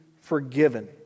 forgiven